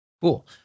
Cool